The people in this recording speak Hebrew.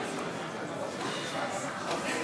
שוויון הזדמנויות במקום מגורים,